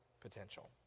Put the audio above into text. potential